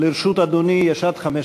לרשות אדוני 15 דקות.